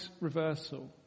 reversal